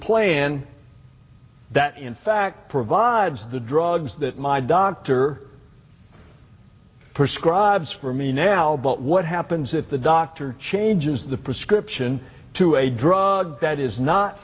plan that in fact provides the drugs that my doctor prescribes for me now but what happens if the doctor changes the prescription to a drug that is not